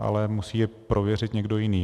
Ale musí je prověřit někdo jiný.